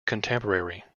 contemporary